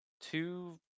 Two